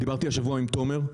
דיברתי השבוע עם תומר,